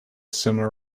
similar